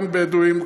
גם בדואים,